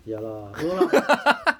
ya lah no lah but